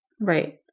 Right